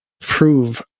prove